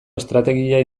estrategia